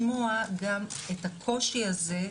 זה משהו שיכול להיות יעיל ובריא לכולם גם למשטרה,